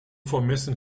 vermessen